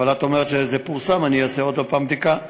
אבל את אומרת שזה פורסם, אני אעשה עוד פעם בדיקה.